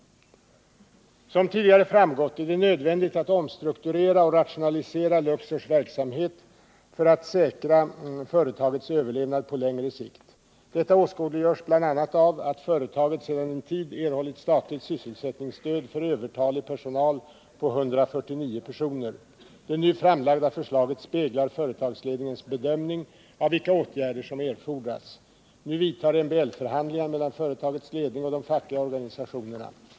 Som tidigare framgått är det nödvändigt att omstrukturera och rationalisera Luxors verksamhet för att säkra företagets överlevnad på längre sikt. Detta åskådliggörs bl.a. av att företaget sedan en tid erhållit statligt sysselsättningsstöd för övertalig personal uppgående till 149 personer. Det nu framlagda förslaget speglar företagsledningens bedömning av vilka åtgärder som erfordras. Nu vidtar MBL-förhandlingar mellan företagets ledning och de fackliga organisationerna.